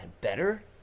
better